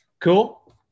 cool